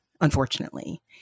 unfortunately